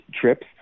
trips